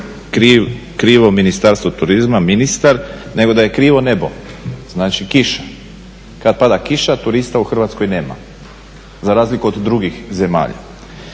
krivo Ministarstvo turizma, ministar nego da je krivo nebo, znači kiša. Kada pada kiša turista u Hrvatskoj nema, za razliku od drugih zemalja.